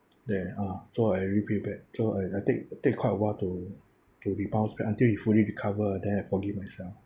there uh so I really feel bad so I I take take quite a while to to rebounce back until he fully recover then I forgive myself